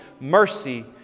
mercy